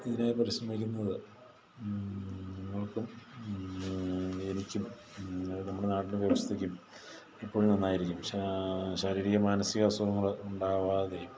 ഇതിനായി പരിശ്രമിക്കുന്നത് നിങ്ങൾക്കും എനിക്കും നമ്മുടെ നാടിൻ്റെ വ്യവസ്ഥക്കും ഇപ്പോഴും നന്നായിരിക്കും ശാരീരിക മാനസിക അസുഖങ്ങൾ ഉണ്ടാവാതെയും